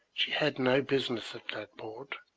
she had no business at that port